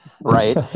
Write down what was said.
right